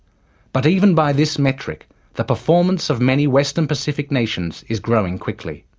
but even by this metric the performance of many western pacific nations is growing quickly.